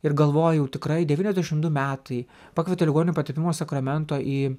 ir galvoji jau tikrai devyniasdešim du metai pakvietė ligonių patepimo sakramento į